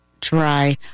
Dry